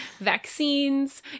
vaccines